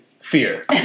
Fear